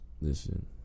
Listen